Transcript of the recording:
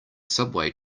subway